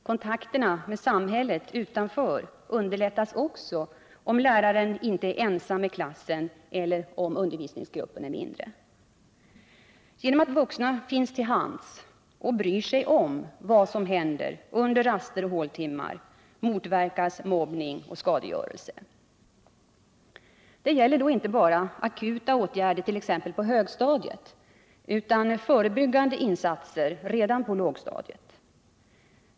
Kontakterna med samhället utanför underlättas också, om läraren inte är ensam med klassen eller om undervisningsgruppen är mindre. Genom att vuxna finns till hands och bryr sig om vad som händer under raster och håltimmar motverkas mobbning och skadegörelse. Det gäller då inte bara akuta åtgärder t.ex. på högstadiet, utan förebyggande insatser redan på lågstadiet.